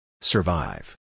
Survive